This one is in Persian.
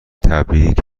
تبریک